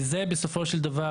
בסופו של דבר,